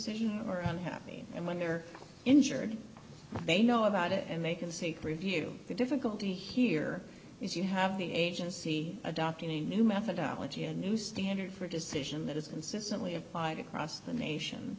unhappy and when they're injured they know about it and they can seek review the difficulty here is you have the agency adopting a new methodology a new standard for decision that is consistently applied across the nation